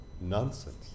nonsense